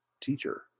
teacher